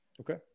okay